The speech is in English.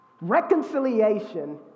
Reconciliation